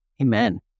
amen